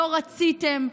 לא רציתם,